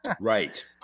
right